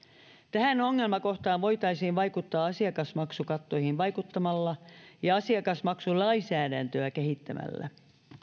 tähän ongelmakohtaan voitaisiin vaikuttaa asiakasmaksukattoihin vaikuttamalla ja asiakasmaksulainsäädäntöä kehittämällä